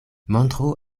montru